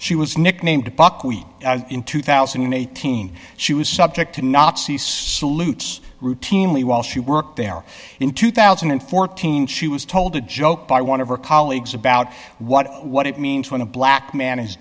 she was nicknamed buckwheat in two thousand and eighteen she was subject to nazi salutes routinely while she worked there in two thousand and fourteen she was told a joke by one of her colleagues about what what it means when a black man is